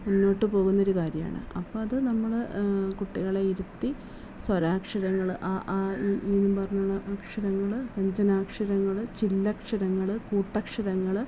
മുന്നോട്ട് പോകുന്നൊരു കാര്യമാണ് അപ്പമത് നമ്മൾ കുട്ടികളെ ഇരുത്തി സ്വരാക്ഷരങ്ങൾ അ ആ ഇ ഈ എന്നും പറഞ്ഞുള്ള അക്ഷരങ്ങൾ വ്യഞ്ജനാക്ഷരങ്ങൾ ചില്ലക്ഷരങ്ങൾ കൂട്ടക്ഷരങ്ങൾ